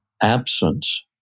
absence